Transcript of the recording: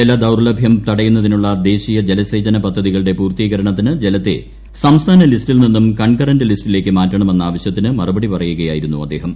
ജല ദൌർലഭ്യം തടയുന്നതിനുള്ള ദേശീയ ജലസേചന പദ്ധതികളുടെ പൂർത്തീകരണത്തിന് ജലത്തെ സംസ്ഥാന ലിസ്റ്റിൽ നിന്നും കൺകറൻഡ് ലിസ്റ്റിലേക്ക് മാറ്റണമെന്ന ആവശ്യത്തിന് മറുപടി പറയുകയായിരുന്നു അദ്ദേഹം